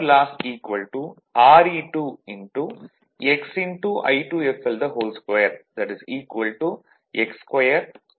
Re2 என மாற்றலாம்